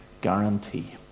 guarantee